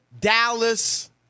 Dallas